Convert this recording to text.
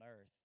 earth